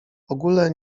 ogóle